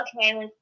okay